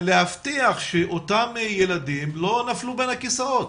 להבטיח שאותם ילדים לא נפלו בין הכיסאות.